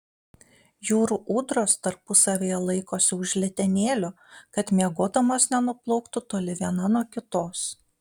jūrų ūdros tarpusavyje laikosi už letenėlių kad miegodamos nenuplauktų toli viena nuo kitos